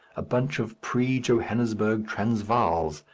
a bunch of pre-johannesburg transvaals,